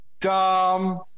Dumb